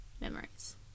memories